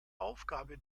aufgabe